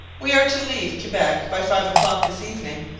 we are to leave quebec by five o'clock this evening.